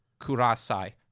Kurasai